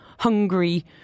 hungry